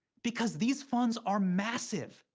because these funds are massive.